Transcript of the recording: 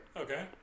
Okay